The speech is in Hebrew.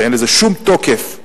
שאין לזה שום תוקף,